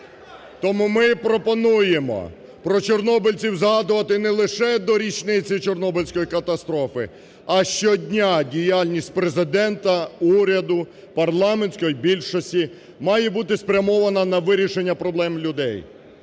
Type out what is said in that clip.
Тому ми пропонуємо про чорнобильців згадувати не лише до річниці Чорнобильської катастрофи, а щодня діяльність Президента, уряду, парламентської більшості має бути спрямована на вирішення проблем людей.